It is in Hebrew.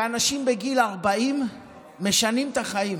שאנשים בגיל 40 משנים את החיים: